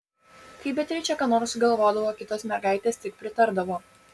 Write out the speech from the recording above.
kai beatričė ką nors sugalvodavo kitos mergaitės tik pritardavo